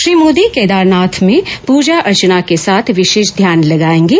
श्री मोदी केदारनाथ में पूजा अर्चना के साथ विशेष ध्यान लगाएंगे